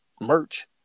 merch